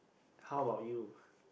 how about you